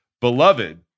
beloved